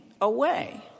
away